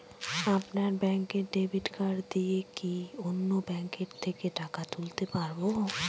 আপনার ব্যাংকের debit card দিয়ে কি অন্য ব্যাংকের থেকে টাকা তুলতে পারবো?